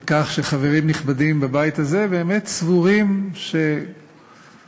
כך שחברים נכבדים בבית הזה באמת סבורים שגורלה של השאיפה